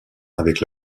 avec